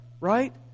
right